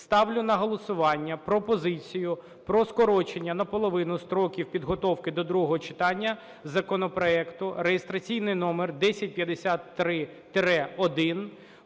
ставлю на голосування пропозицію про скорочення на половину строків підготовки до другого читання законопроекту (реєстраційний номер 1053-1)